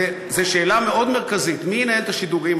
זו שאלה מאוד מרכזית, מי ינהל את השידורים.